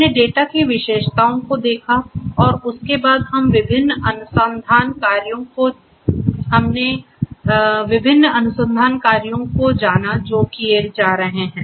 हमने डेटा की विशेषताओं को देखा और उसके बाद हम विभिन्न अनुसंधान कार्यों को जाना जो किए जा रहे हैं